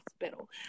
hospital